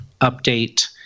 update